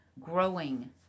growing